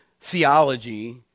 theology